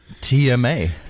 TMA